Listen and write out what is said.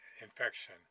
infection